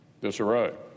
disarray